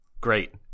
Great